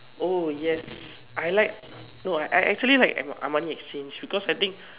oh yes I like no I actually like Armani-Exchange because I think